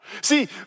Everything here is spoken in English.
See